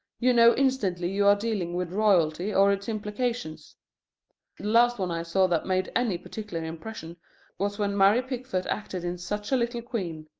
you know instantly you are dealing with royalty or its implications. the last one i saw that made any particular impression was when mary pickford acted in such a little queen.